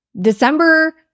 december